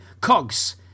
cogs